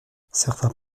certains